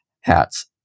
hats